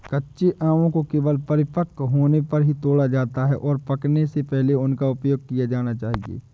कच्चे आमों को केवल परिपक्व होने पर ही तोड़ा जाता है, और पकने से पहले उनका उपयोग किया जाना चाहिए